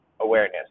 awareness